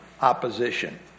opposition